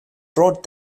brought